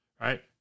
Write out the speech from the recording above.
Right